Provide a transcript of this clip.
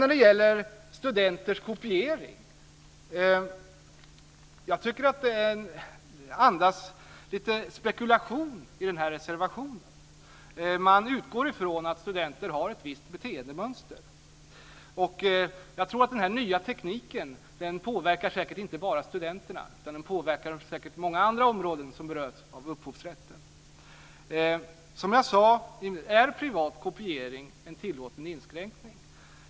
När det gäller studenters kopiering tycker jag att reservationen andas lite spekulation. Man utgår ifrån att studenter har ett visst beteendemönster. Den nya tekniken påverkar nog inte bara studenterna, utan den påverkar säkert många andra områden som berörs av upphovsrätten. Som jag sade är privat kopiering en tillåten inskränkning.